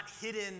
hidden